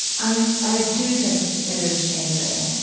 i i do think it is changing.